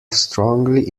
strongly